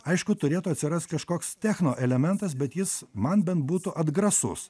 aišku turėtų atsirast kažkoks tehno elementas bet jis man bent būtų atgrasus